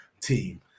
team